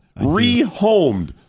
Rehomed